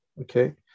okay